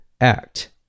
act